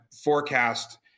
forecast